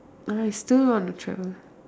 I still want to travel